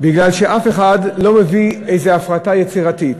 שאף אחד לא מביא איזו הפרטה יצירתית.